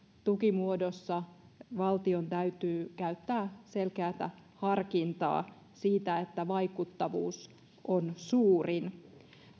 tukimuodossa valtion täytyy käyttää selkeätä harkintaa siten että vaikuttavuus on suurin